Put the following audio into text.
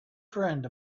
friend